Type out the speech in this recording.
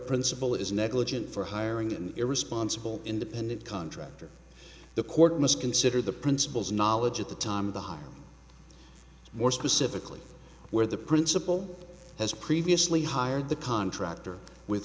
principal is negligent for hiring an irresponsible independent contractor the court must consider the principals knowledge at the time of the hire more specifically where the principal has previously hired the contractor with